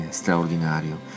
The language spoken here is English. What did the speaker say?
straordinario